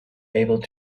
able